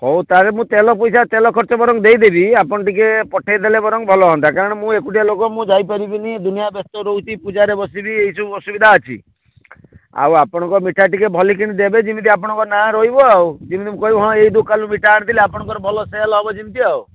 ହଉ ତାହେଲେ ମୁଁ ତେଲ ପଇସା ତେଲ ଖର୍ଚ୍ଚ ବରଂ ଦେଇଦେବି ଆପଣ ଟିକିଏ ପଠେଇଦେଲେ ବରଂ ଭଲ ହୁଅନ୍ତା କାରଣ ମୁଁ ଏକୁଟିଆ ଲୋକ ମୁଁ ଯାଇପାରିବି ନି ଦୁନିଆ ବ୍ୟସ୍ତ ରହୁଛି ପୂଜାରେ ବସିବି ଏଇ ସବୁ ଅସୁବିଧା ଅଛି ଆଉ ଆପଣଙ୍କ ମିଠା ଟିକିଏ ଭଲକିନି ଦେବେ ଯେମିତି ଆପଣଙ୍କ ନାଁ ରହିବ ଆଉ ଯେମିତି ମୁଁ କହିବି ଏଇ ଦୋକାନରୁ ମିଠା ଆଣିଥିଲି ଆପଣଙ୍କର ଭଲ ସେଲ୍ ହେବ ଯେମିତି ଆଉ